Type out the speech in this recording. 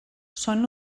són